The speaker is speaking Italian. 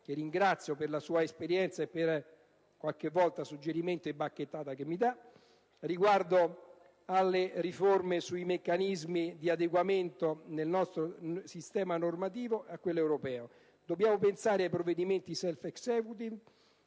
che ringrazio per la sua esperienza e per i suoi suggerimenti, e qualche volta per le bacchettate che mi dà) riguardo alle riforme sui meccanismi di adeguamento del nostro sistema normativo a quello europeo. Dobbiamo pensare a provvedimenti *self executing*